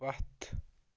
پَتھ